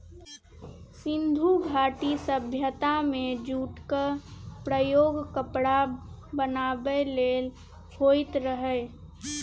सिंधु घाटी सभ्यता मे जुटक प्रयोग कपड़ा बनाबै लेल होइत रहय